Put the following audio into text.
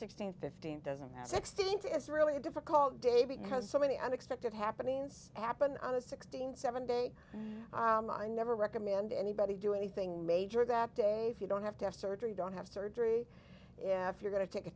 sixteen fifteen doesn't that sixteenth is really a difficult day because so many unexpected happenings happen on a sixteen seven day i never recommend anybody do anything major that day if you don't have to have surgery don't have surgery if you're going to take a